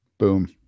Boom